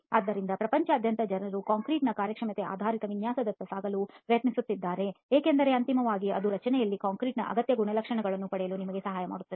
ಆದ್ದರಿಂದ ಪ್ರಪಂಚದಾದ್ಯಂತ ಜನರು ಕಾಂಕ್ರೀಟ್ನ ಕಾರ್ಯಕ್ಷಮತೆ ಆಧಾರಿತ ವಿನ್ಯಾಸದತ್ತ ಸಾಗಲು ಪ್ರಯತ್ನಿಸುತ್ತಿದ್ದಾರೆ ಏಕೆಂದರೆ ಅಂತಿಮವಾಗಿ ಅದು ರಚನೆಯಲ್ಲಿ ಕಾಂಕ್ರೀಟ್ನ ಅಗತ್ಯ ಗುಣಲಕ್ಷಣಗಳನ್ನು ಪಡೆಯಲು ನಿಮಗೆ ಸಹಾಯ ಮಾಡುತ್ತದೆ